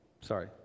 Sorry